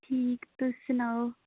ठीक तुस सनाओ